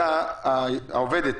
אם בתקופה הזאת העובדת